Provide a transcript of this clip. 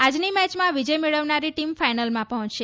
આજની મેચમાં વિજય મેળવનારી ટીમ ફાઇનલમાં પહોંચશે